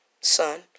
son